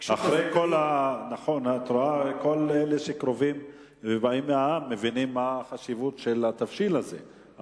כל אלה שקרובים ובאים מהעם מבינים מה החשיבות של התבשיל הזה.